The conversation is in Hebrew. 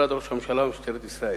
משרד ראש הממשלה ומשטרת ישראל,